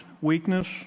weakness